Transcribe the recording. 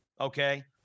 okay